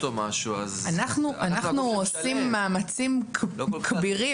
וכולי --- אנחנו עושים מאמצים כבירים,